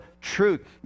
truth